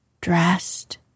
dressed